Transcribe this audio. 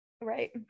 right